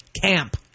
camp